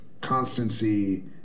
constancy